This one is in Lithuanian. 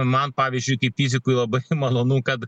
man pavyzdžiui kaip fizikui labai malonu kad